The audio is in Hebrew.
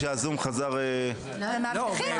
למאבטחים,